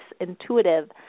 Intuitive